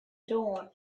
dawn